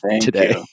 today